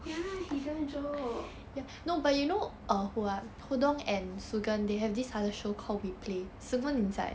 ya he damn joke